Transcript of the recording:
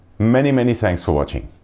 many many thanks for watching,